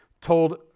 told